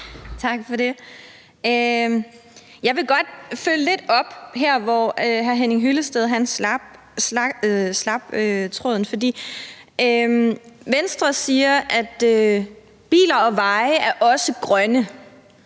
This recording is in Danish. Tak for det. Jeg vil godt følge lidt op på der, hvor hr. Henning Hyllested slap. Venstre siger, at biler og veje også er grønne.